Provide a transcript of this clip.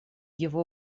его